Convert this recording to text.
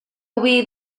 boví